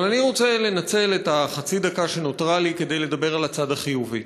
אבל אני רוצה לנצל את חצי הדקה שנותרה לי כדי לדבר על הצד החיובי.